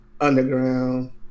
underground